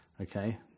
Okay